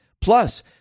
Plus